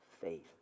faith